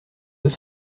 deux